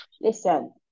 Listen